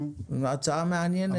הצעה מעניינת.